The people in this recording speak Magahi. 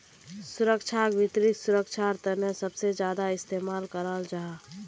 सुरक्षाक वित्त सुरक्षार तने सबसे ज्यादा इस्तेमाल कराल जाहा